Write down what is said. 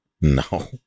No